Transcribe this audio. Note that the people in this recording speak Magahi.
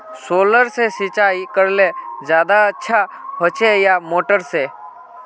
सोलर से सिंचाई करले ज्यादा अच्छा होचे या मोटर से?